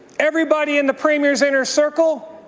everybody in the premier's inner circle,